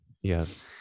Yes